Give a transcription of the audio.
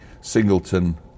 singleton